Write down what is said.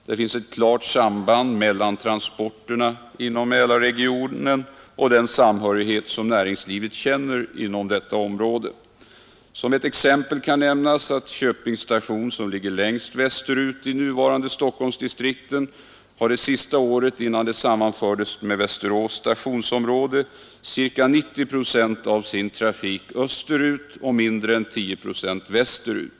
Det finns ett klart samband mellan transporterna inom Mälarregionen och den samhörighet som näringslivet känner inom detta område. Som ett exempel kan nämnas att Köpings station, som ligger längst västerut i nuvarande Stockholmsdistrikten, det sista året innan den sammanfördes med Västerås stationsområde hade ca 90 procent av sin godstrafik österut och mindre än 10 procent västerut.